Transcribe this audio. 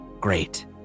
Great